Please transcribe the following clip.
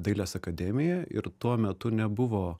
dailės akademijoj ir tuo metu nebuvo